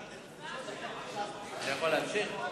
אני יכול להמשיך?